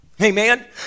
Amen